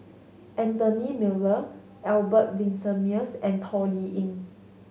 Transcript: Anthony Miller Albert Winsemius and Toh Liying